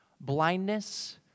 blindness